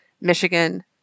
Michigan